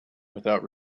without